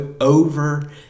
over